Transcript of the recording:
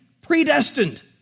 predestined